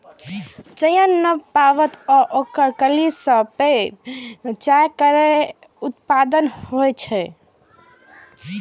चायक नव पात आ ओकर कली सं पेय चाय केर उत्पादन होइ छै